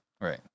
right